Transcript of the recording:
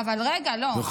יכול.